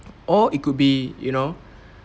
or it could be you know